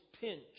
pinch